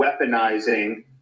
weaponizing